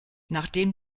nachdem